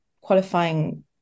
qualifying